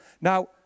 Now